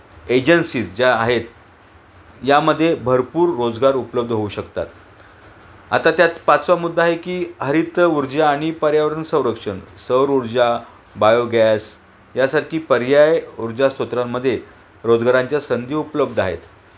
agencies ज्या आहेत यामध्ये भरपूर रोजगार उपलब्ध होऊ शकतात आता त्यात पाचवा मुद्दा आहे की हरित ऊर्जा आणि पर्यावरण संरक्षण सौर ऊर्जा बायोगॅस यासारखी पर्याय ऊर्जा स्रोतांमध्ये रोजगारांच्या संधी उपलब्ध आहेत